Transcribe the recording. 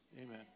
Amen